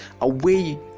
away